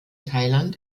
thailand